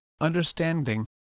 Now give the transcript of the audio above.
understanding